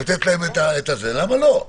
למה לא?